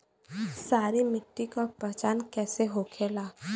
सारी मिट्टी का पहचान कैसे होखेला?